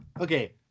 Okay